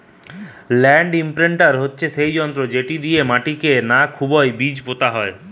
land ইমপ্রিন্টের হতিছে সেই যন্ত্র যেটি দিয়া মাটিকে না খুবই বীজ পোতা হয়